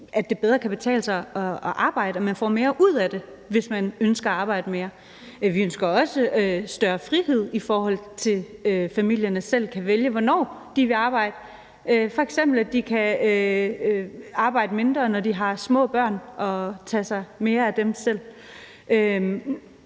at det bedre kan betale sig at arbejde, og at man får mere ud af det, hvis man ønsker at arbejde mere. Vi ønsker også større frihed, i forhold til at familierne selv kan vælge, hvornår de vil arbejde, f.eks. at de kan arbejde mindre, når de har små børn, og selv tage sig mere af dem.